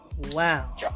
Wow